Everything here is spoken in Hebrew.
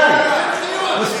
די, נו, באמת.